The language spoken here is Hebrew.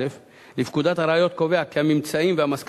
אם הוא רוצה בכך.